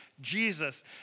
Jesus